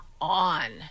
on